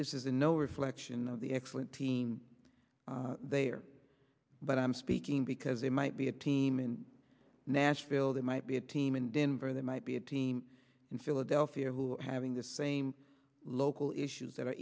this is a no reflection of the excellent team they are but i'm speaking because they might be a team in nashville they might be a team in denver there might be a team in philadelphia who are having the same local issues that are